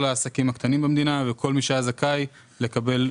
העסקים הקטנים במדינה וכל מי שהיה זכאי לקבל מענקים.